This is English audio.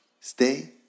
Stay